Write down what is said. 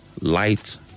light